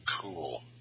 Cool